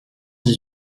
dix